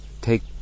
take